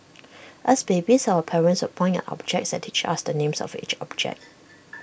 as babies our parents would point at objects and teach us the names of each object